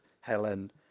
Helen